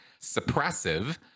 suppressive